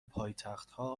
پایتختها